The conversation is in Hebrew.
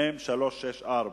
מ/364.